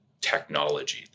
technology